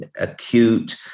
acute